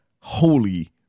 holy